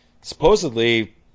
supposedly